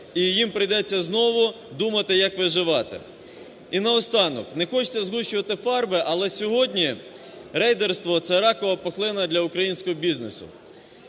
і їм прийдеться знову думати, як виживати. І на останок. Не хочеться згущувати фарби, але сьогодні рейдерство – це ракова пухлина для українського бізнесу.